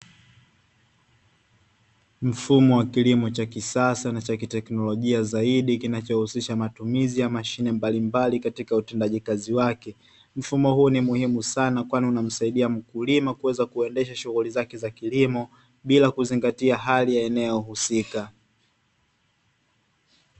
Mfumo wa kilimo cha kisasa na cha kiteknolojia zaidi, kinachohusisha matumizi ya mashine mbalimbali katika utendaji kazi wake. Mfumo huu ni muhimu sana kwani unamsaidia mkulima kuweza kuendesha shughuli zake za kilimo bila kuzingatia hali ya eneo husika.